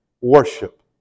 worship